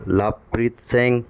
Lovepreet Singh